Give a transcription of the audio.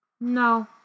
No